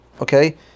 Okay